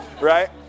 Right